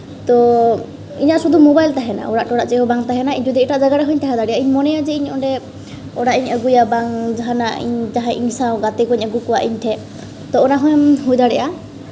ᱛᱚ ᱤᱧᱟᱹᱜ ᱥᱩᱫᱷᱩ ᱢᱳᱵᱟᱭᱤᱞ ᱛᱟᱦᱮᱱᱟ ᱚᱲᱟᱜ ᱴᱚᱲᱟᱜ ᱪᱮᱫ ᱦᱚᱸ ᱵᱟᱝ ᱛᱟᱦᱮᱱᱟ ᱤᱧ ᱡᱩᱫᱤ ᱮᱴᱟᱜ ᱡᱟᱭᱜᱟ ᱨᱮᱦᱚᱸᱧ ᱛᱟᱦᱮᱸ ᱫᱟᱲᱮᱭᱟᱜᱼᱟ ᱤᱧ ᱢᱚᱱᱮᱭᱟ ᱡᱮ ᱤᱧ ᱚᱸᱰᱮ ᱚᱲᱟᱜ ᱤᱧ ᱟᱹᱜᱩᱭᱟ ᱵᱟᱝ ᱡᱟᱦᱟᱱᱟᱜ ᱤᱧ ᱡᱟᱦᱟᱸᱭ ᱤᱧ ᱥᱟᱶ ᱜᱟᱛᱮ ᱠᱚᱸᱧ ᱟᱹᱜᱩ ᱠᱚᱣᱟ ᱤᱧ ᱴᱷᱮᱡ ᱛᱚ ᱚᱱᱟ ᱦᱚᱸ ᱦᱩᱭ ᱫᱟᱲᱮᱭᱟᱜᱼᱟ